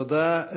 תודה.